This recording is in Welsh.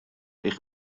eich